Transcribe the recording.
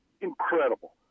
Incredible